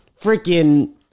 freaking